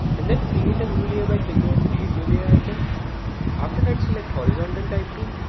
and then create a new layer by clicking on create new layer icon after that select horizontal type tool